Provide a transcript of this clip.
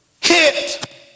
hit